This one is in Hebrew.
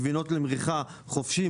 גבינות למריחה חופשי,